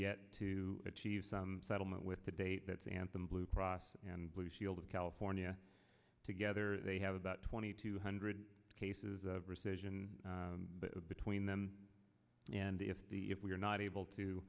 yet to achieve settlement with to date that's anthem blue cross and blue shield of california together they have about twenty two hundred cases of rescission between them and if the if we are not able to